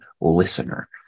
listener